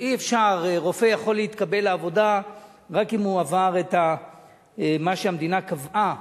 רופא יכול להתקבל לעבודה רק אם הוא עבר את מה שהמדינה קבעה,